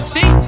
See